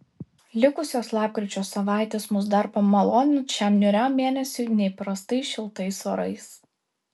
likusios lapkričio savaitės mus dar pamalonins šiam niūriam mėnesiui neįprastai šiltais orais